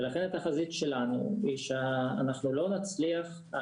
לכן התחזית שלנו היא שאנחנו לא נצליח,